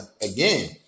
again